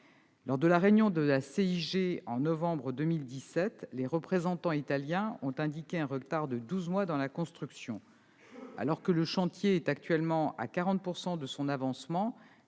Lors de la réunion de la CIG en novembre 2017, les représentants italiens ont indiqué un retard de douze mois dans la construction. Alors que le chantier est actuellement à 40 % de son avancement,